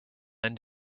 end